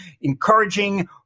encouraging